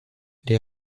les